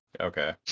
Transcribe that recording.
Okay